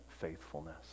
faithfulness